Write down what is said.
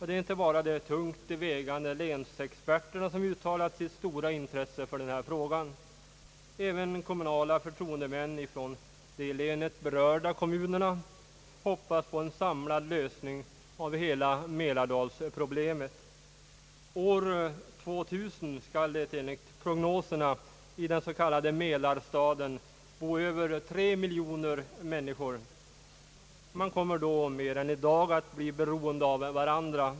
Det är inte bara de tungt vägande länsexperterna som uttalat sitt stora intresse för frågan. även kommunala förtroendemän från de i länet berörda kommunerna hoppas på en samlad lösning av hela mälardalsproblemet. År 2000 skall det enligt prognoserna bo över 3 miljoner människor i den s.k. Mälarstaden. Man kommer då mer än i dag att bli beroende av varandra.